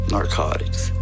Narcotics